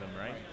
right